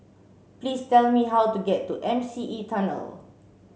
please tell me how to get to M C E Tunnel